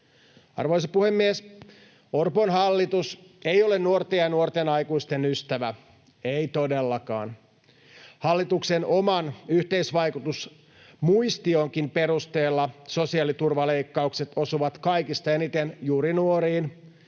Arvoisa puhemies! Orpon hallitus ei ole nuorten ja nuorten aikuisten ystävä, ei todellakaan. Hallituksen oman yhteisvaikutusmuistionkin perusteella sosiaaliturvaleikkaukset osuvat kaikista eniten juuri nuoriin